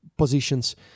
positions